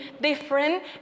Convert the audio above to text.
different